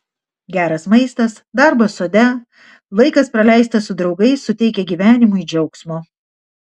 geras maistas darbas sode laikas praleistas su draugais suteikia gyvenimui džiaugsmo